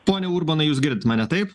pone urbonai jūs girdit mane taip